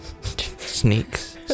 sneaks